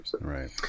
Right